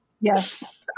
Yes